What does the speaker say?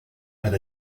had